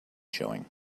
showing